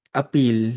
appeal